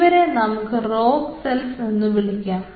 ഇവരെ നമുക്ക് rogue cells എന്ന് വിളിക്കാം